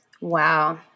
Wow